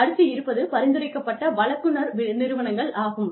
அடுத்து இருப்பது பரிந்துரைக்கப்பட்ட வழங்குநர் நிறுவனங்கள் ஆகும்